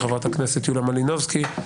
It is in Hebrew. חברת הכנסת יוליה מלינובסקי,